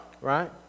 right